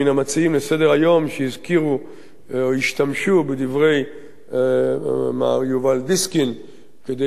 שהזכירו או השתמשו בדברי מר יובל דיסקין כדי לתקוף את הממשלה,